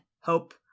Hope